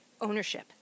ownership